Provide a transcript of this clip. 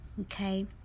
okay